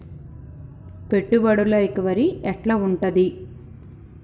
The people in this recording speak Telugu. పెట్టుబడుల రికవరీ ఎట్ల ఉంటది?